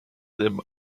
them